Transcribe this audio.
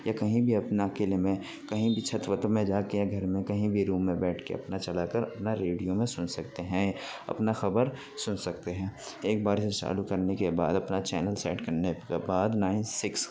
یا کہیں بھی اپنا اکیلے میں کہیں بھی چھت وت میں جا کے یا گھر میں کہیں بھی روم میں بیٹھ کے اپنا چلا کر اپنا ریڈیو میں سن سکتے ہیں اپنا خبر سن سکتے ہیں ایک بار اسے چالو کرنے کے بعد اپنا چینل سیٹ کرنے کے بعد نائن سکس